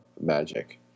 Magic